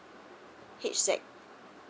H Z